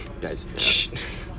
guys